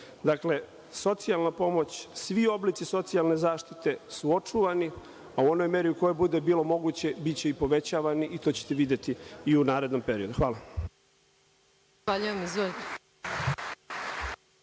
Dakle, socijalna pomoć, svi oblici socijalne zaštite su očuvani u onoj meri u kojoj bude bilo moguće biće i povećavani i to ćete videti i u narednom periodu. Hvala.